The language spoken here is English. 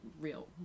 real